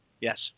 Yes